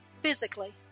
physically